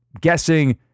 Guessing